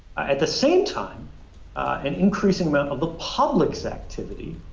at the same time an increasing amount of the public's activity